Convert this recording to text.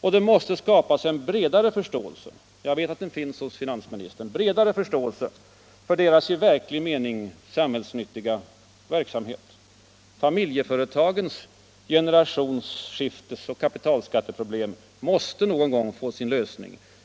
Det måste skapas bredare förståelse — jag vet att den finns hos finansministern — för deras i verklig mening samhällsnyttiga verksamhet. Familjeföretagens generationsskiftesoch kapitalskatteproblem måste någon gång få sin lösning.